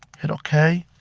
hit okay